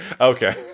okay